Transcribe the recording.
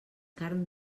carn